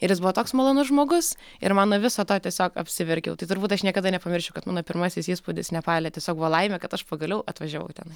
ir jis buvo toks malonus žmogus ir man nuo viso to tiesiog apsiverkiau tai turbūt aš niekada nepamiršiu kad mano pirmasis įspūdis nepale tiesiog buvo laimė kad aš pagaliau atvažiavau ten